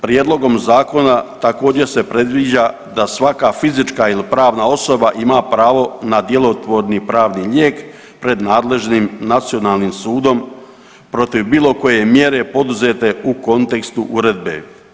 Prijedlogom zakona također se predviđa da svaka fizička ili pravna osoba ima pravo na djelotvorni pravni lijek pred nadležnim nacionalnim sudom protiv bilo koje mjere poduzete u kontekstu uredbe.